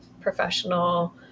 professional